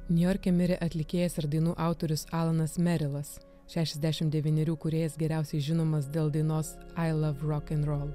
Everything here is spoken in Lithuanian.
niujorke mirė atlikėjas ir dainų autorius alanas merilas šešiasdešim devynerių kūrėjas geriausiai žinomas dėl dainos i love rock and roll